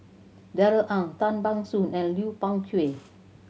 Darrell Ang Tan Ban Soon and Lui Pao Chuen